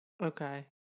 Okay